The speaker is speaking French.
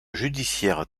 judiciaire